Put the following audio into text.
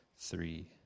three